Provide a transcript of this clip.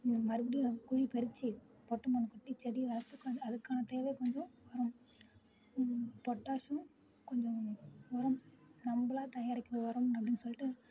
மறுபடியும் குழிப்பறிச்சு பட்டை மண் கொட்டி செடியை வளர்த்து கொஞ்சம் அதுக்கான தேவை கொஞ்சம் உரம் பொட்டாசியம் கொஞ்சம் உரம் நம்மளா தயாரிக்கிற உரம் அப்படின்னு சொல்லிட்டு